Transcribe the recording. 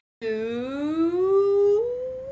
two